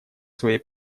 своей